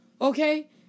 okay